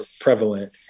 prevalent